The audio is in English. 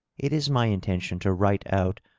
it is my intention to write out,